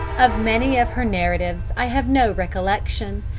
of many of her narratives i have no recollection,